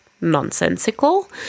nonsensical